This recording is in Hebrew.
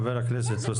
חברי הכנסת.